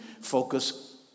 focus